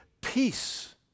peace